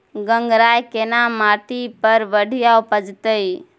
गंगराय केना माटी पर बढ़िया उपजते?